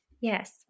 Yes